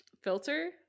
Filter